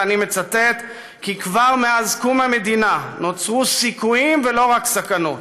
ואני מצטט: כבר מאז קום המדינה נוצרו סיכויים ולא רק סכנות.